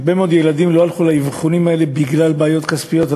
הרבה מאוד ילדים לא הלכו לאבחונים האלה בגלל בעיות כספיות,